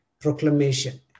proclamation